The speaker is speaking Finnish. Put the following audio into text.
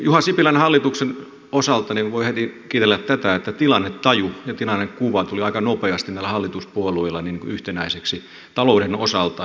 juha sipilän hallituksen osalta voi heti kiitellä tätä että tilannetaju ja tilannekuva tuli aika nopeasti näillä hallituspuolueilla yhtenäiseksi talouden osalta